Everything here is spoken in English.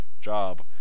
job